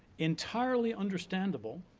entirely understandable,